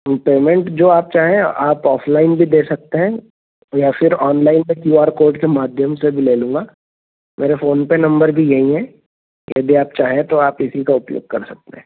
payment जो आप चाहें आप ऑफलाइन भी दे सकते हैं या फिर ऑनलाइन में क्यूआर कोड के माध्यम से भी ले लूंगा मेरा फोनपे नम्बर भी यही है यदि आप चाहें तो आप इसी का उपयोग कर सकते हैं